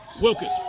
Wilkins